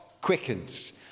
quickens